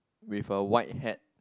with a white hat